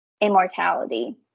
immortality